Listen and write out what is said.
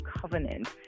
covenant